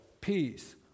peace